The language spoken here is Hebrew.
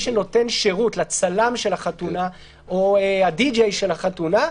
שנותן שירות לצלם של החתונה או לתקליטן של החתונה,